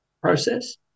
process